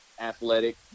athletic